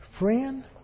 Friend